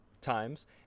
times